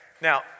Now